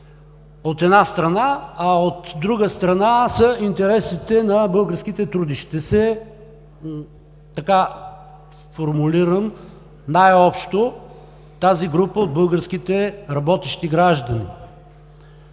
от една страна, а от друга страна, са интересите на българските трудещи се. Така формулирам най-общо тази група от българските работещи граждани.